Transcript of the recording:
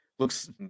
looks